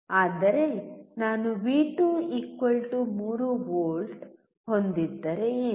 ಆದರೆ ನಾನು ವಿ2 3ವಿ ಹೊಂದಿದ್ದರೆ ಏನು